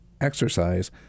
Exercise